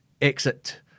exit